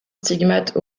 stigmate